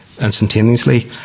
instantaneously